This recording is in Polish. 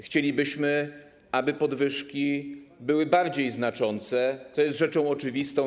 Chcielibyśmy, aby podwyżki były bardziej znaczące, co jest oczywiste.